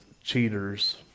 cheaters